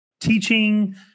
teaching